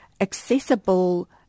accessible